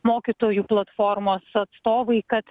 mokytojų platformos atstovai kad